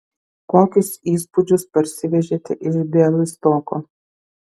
kokius įspūdžius parsivežėte iš bialystoko